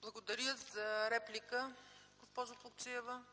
ПРЕДСЕДАТЕЛ ЦЕЦКА ЦАЧЕВА: Благодаря.